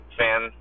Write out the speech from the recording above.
fan